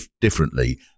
differently